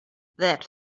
that